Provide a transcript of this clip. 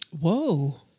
Whoa